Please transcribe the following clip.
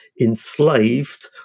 enslaved